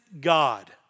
God